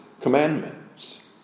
commandments